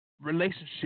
relationship